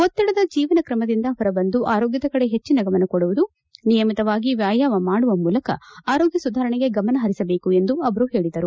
ಒತ್ತಡದ ಜೀವನ ಕ್ರಮದಿಂದ ಹೊರ ಬಂದು ಆರೋಗ್ಗದ ಕಡೆ ಹೆಚ್ಚನ ಗಮನ ಕೊಡುವುದು ನಿಯಮಿತವಾಗಿ ವ್ಯಾಯಾಮ ಮಾಡುವ ಮೂಲಕ ಆರೋಗ್ಯ ಸುಧಾರಣೆಗೆ ಗಮನ ಹರಿಸಬೇಕು ಎಂದು ಅವರು ಹೇಳಿದರು